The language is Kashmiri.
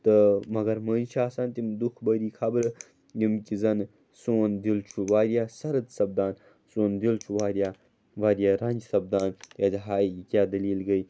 تہٕ مگر مٔنٛزۍ چھِ آسان تِم دُکھ بھٔری خبرٕ یِم کہِ زَنہٕ سون دِل چھُ واریاہ سَرٕد سَپدان سون دِل چھُ واریاہ واریاہ رنٛج سَپدان کیٛازِ ہَے یہِ کیٛاہ دٔلیٖل گٔے